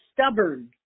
stubborn